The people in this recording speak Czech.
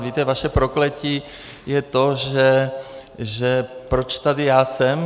Víte, vaše prokletí je to, že proč tady já jsem?